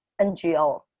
NGO